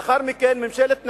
לאחר מכן ממשלת נתניהו,